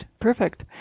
Perfect